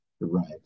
Right